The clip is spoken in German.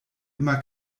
immer